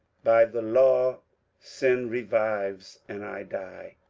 by the law sin revives and i die.